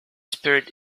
spirit